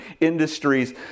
industries